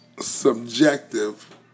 subjective